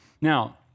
Now